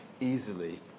easily